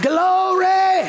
Glory